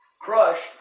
crushed